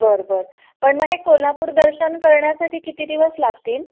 बरं बरं पण मग हे कोल्हापूरदर्शन करण्यासाठी किती दिवस लागतील